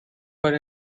for